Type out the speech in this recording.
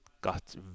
got